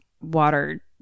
water